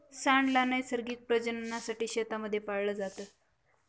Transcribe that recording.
सांड ला नैसर्गिक प्रजननासाठी शेतांमध्ये पाळलं जात